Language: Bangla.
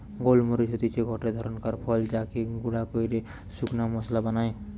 গোল মরিচ হতিছে গটে ধরণকার ফল যাকে গুঁড়া কইরে শুকনা মশলা বানায়